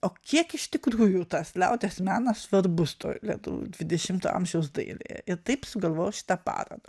o kiek iš tikrųjų tas liaudies menas vat bus toj lietuvių dvidešimto amžiaus dailėje ir taip sugalvojau šitą parodą